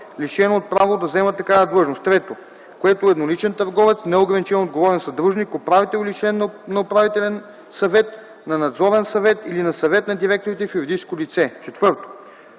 лишено от право да заема такава длъжност; 3. което е едноличен търговец, неограничено отговорен съдружник, управител или член на управителен съвет, на надзорен съвет или на съвет на директорите в юридическо лице; 4. което